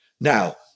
Now